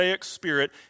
spirit